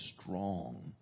strong